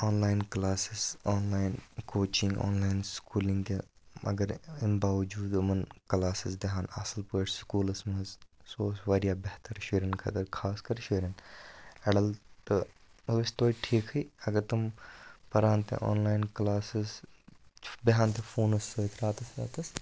آن line classes online coaching online سکوٗلِنٛگہِ مگر اَمہِ باوجوٗد یِمَن کٕلاسٕز دِہَن اَصٕل پٲٹھۍ سکوٗلَس منٛز سُہ اوس واریاہ بہتر شُرٮ۪ن خٲطرٕ خاص کَر شُرٮ۪ن اٮ۪ڈَلٹ ٲسۍ تویتہِ ٹھیٖکھٕے اگر تِم پَران تہِ آن لاین کٕلاسٕز بِہَن تہٕ فونَس سۭتۍ راتَس راتَس